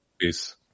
Peace